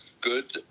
good